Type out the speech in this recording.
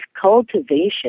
cultivation